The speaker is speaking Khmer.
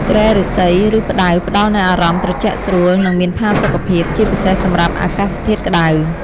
គ្រែឫស្សី ឬផ្តៅផ្តល់នូវអារម្មណ៍ត្រជាក់ស្រួល និងមានផាសុកភាព ជាពិសេសសម្រាប់អាកាសធាតុក្តៅ។